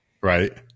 right